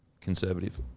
conservative